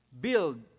build